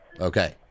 Okay